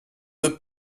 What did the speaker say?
deux